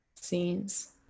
scenes